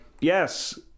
yes